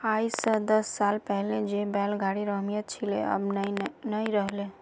आइज स दस साल पहले जे बैल गाड़ीर अहमियत छिले अब नइ रह ले